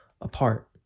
apart